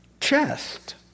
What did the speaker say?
chest